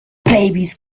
babies